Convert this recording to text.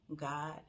God